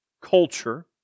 culture